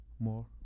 More